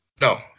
No